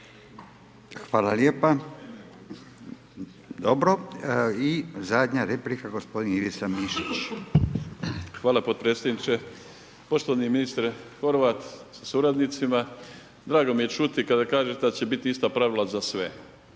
Hvala lijepa. Dobro i zadnja replika gospodin Ivica Mišić. **Mišić, Ivica (Nezavisni)** Hvala podpredsjedniče, poštovani ministre Horvat sa suradnicima, drago mi je čuti kada kažete da će biti ista pravila za sve.